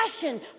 passion